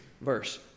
verse